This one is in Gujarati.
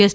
એસ